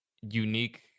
unique